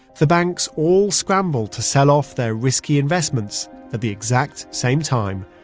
the banks all scramble to sell off their risky investments at the exact same time,